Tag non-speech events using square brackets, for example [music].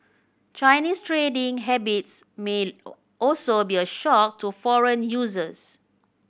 Chinese trading habits may [unintelligible] also be a shock to foreign users